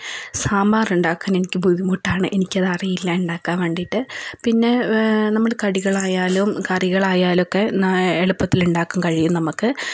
സാമ്പാർ ഉണ്ടാക്കാൻ എനിക്ക് ബുദ്ധിമുട്ടാണ് എനിക്ക് അത് അറിയില്ല ഉണ്ടാക്കാൻ വേണ്ടിയിട്ട് പിന്നെ നമ്മള് കടികളായാലും കറികളായാലും ഒക്കെ എളുപ്പത്തിൽ ഉണ്ടാക്കാൻ കഴിയും നമുക്ക്